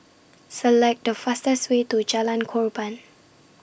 Select The fastest Way to Jalan Korban